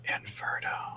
Inferno